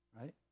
right